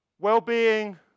Well-being